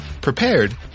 prepared